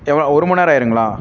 எவ்வளோ ஒரு மண் நேரம் ஆயிருங்களா